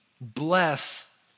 bless